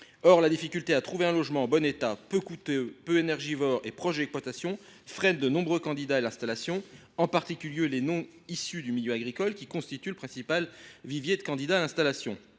! La difficulté à trouver un logement en bon état, peu coûteux, peu énergivore et proche de l’exploitation freine de nombreux candidats à l’installation, en particulier les « non issus du milieu agricole », qui constituent le principal vivier de ces candidats.